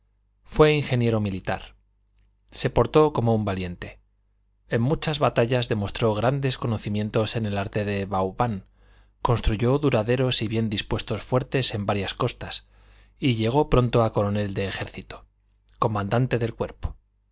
fue ingeniero militar se portó como un valiente en muchas batallas demostró grandes conocimientos en el arte de vauban construyó duraderos y bien dispuestos fuertes en varias costas y llegó pronto a coronel de ejército comandante del cuerpo